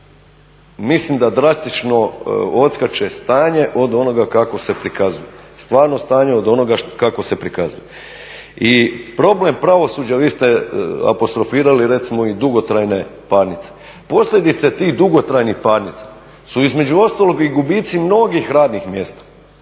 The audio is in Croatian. mislim da drastično odskače stanje od onoga kako se prikazuje, stvarno stanje od onoga kako se prikazuje. I problem pravosuđa, vi ste apostrofirali recimo i dugotrajne parnice. Posljedice tih dugotrajnih parnica su između ostalog i gubici mnogih radnih mjesta